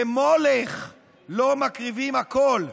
למולך שמקריבים לו הכול,